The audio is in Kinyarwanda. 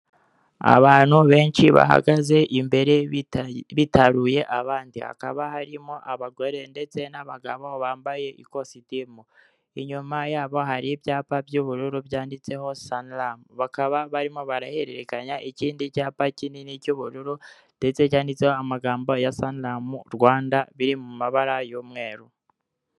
Abantu benshi bahagaze imbere bitaruye abandi, hakaba harimo abagore ndetse n'abagabo bamabye ikositimu, inyuma yabo hari ibyapa by'ubururu byanditseho saniramu, bakaba barimo barahererekanya ikindi cyapa kinini cy'ubururu ndetse cyanditseho amagambo ya saniramu Rwanda biri mu mabara y'umweru.